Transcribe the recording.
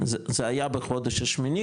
זה היה בחודש השמיני,